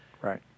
Right